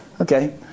Okay